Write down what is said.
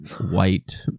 white